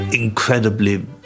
incredibly